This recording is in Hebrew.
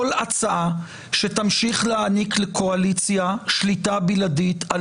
כל הצעה שתמשיך להעניק לקואליציה שליטה בלעדית על